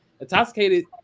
Intoxicated